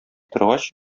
торгач